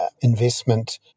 investment